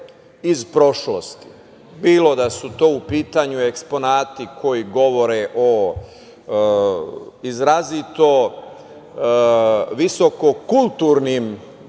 iz prošlosti, bilo da su to u pitanju eksponate koji govore o izrazito visoko kulturnim